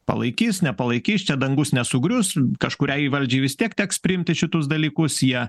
palaikys nepalaikys čia dangus nesugrius kažkuriai valdžiai vis tiek teks priimti šitus dalykus jie